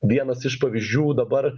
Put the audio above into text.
vienas iš pavyzdžių dabar